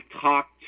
talked